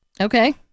Okay